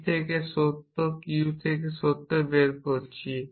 p থেকে সত্য q থেকে সত্য বের করছি